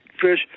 fish